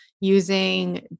using